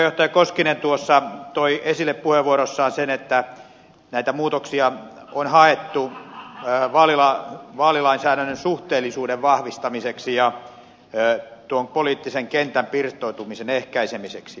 puheenjohtaja koskinen toi esille puheenvuorossaan sen että näitä muutoksia on haettu vaalilainsäädännön suhteellisuuden vahvistamiseksi ja poliittisen kentän pirstoutumisen ehkäisemiseksi